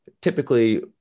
typically